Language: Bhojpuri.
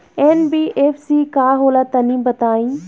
एन.बी.एफ.सी का होला तनि बताई?